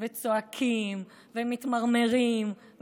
צועקים ומתמרמרים,